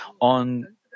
on